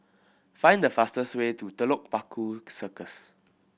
find the fastest way to Telok Paku Circus